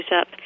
up